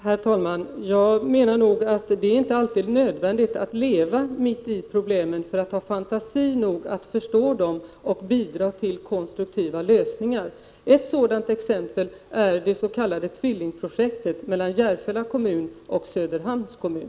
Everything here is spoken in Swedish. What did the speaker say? Herr talman! Det är inte alltid nödvändigt att leva mitt i problemen för att förstå dem och ha fantasi nog att bidra till konstruktiva lösningar. Ett sådant exempel är det s.k. tvillingprojektet mellan Järfälla kommun och Söderhamns kommun.